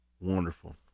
wonderful